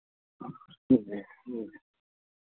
जी जी जी